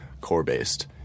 core-based